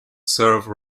serve